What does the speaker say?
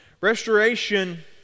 Restoration